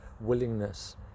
willingness